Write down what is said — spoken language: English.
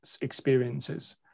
experiences